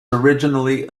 originally